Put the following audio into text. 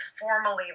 formally